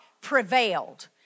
Prevailed